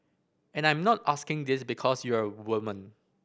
and I'm not asking this because you're a woman